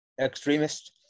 extremists